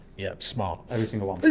yep, smart. every single one.